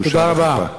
בושה וחרפה.